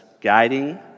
guiding